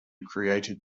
created